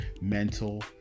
mental